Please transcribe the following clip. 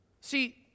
See